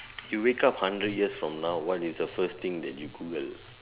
you wake up hundred years from now what is the first thing that you Google